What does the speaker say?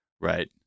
right